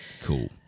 Cool